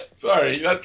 Sorry